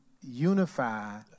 unify